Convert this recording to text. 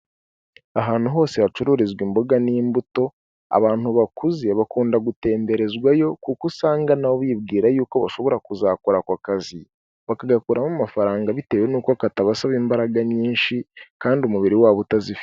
Ahantu hose, hacururizwa imboga n'imbuto, abantu bakuze bakunda gutemberezwayo, kuko usanga nabo bibwira yuko ba ushobora kuzakora ako kazi. Bakagakuramo amafaranga bitewe n'uko katabasaba imbaraga nyinshi, kandi umubiri wabo utazifi.